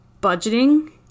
Budgeting